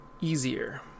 easier